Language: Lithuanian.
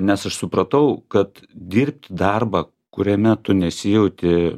nes aš supratau kad dirbti darbą kuriame tu nesijauti